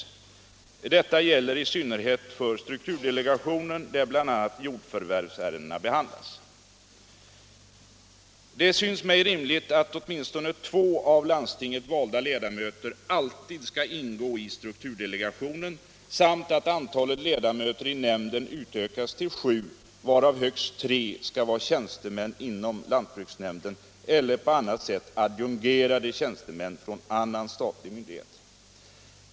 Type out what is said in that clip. Detta gäller i synnerhet för strukturdelegationen, där bl.a. jordförvärvsärendena behandlas. Det synes mig rimligt att åtminstone två av landstinget valda ledamöter alltid skall ingå i strukturdelegationen samt att antalet ledamöter i nämnden utökas till sju, varav högst tre skall vara tjänstemän inom lantbruksnämnden eller på annat sätt adjungerade tjänstemän från annan statlig myndighet.